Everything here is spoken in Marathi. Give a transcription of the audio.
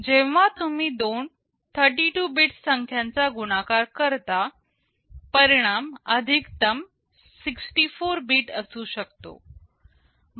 म्हणून जेव्हा तुम्ही दोन 32 बीट संख्या चा गुणाकार करता परिणाम अधिकतम 64 बीट असू शकतो